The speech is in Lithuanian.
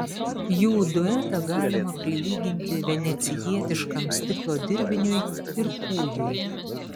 jų duetą galima prilyginti venecijietiškam stiklo dirbiniui ir kūjui